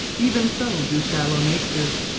even so do shallow natures,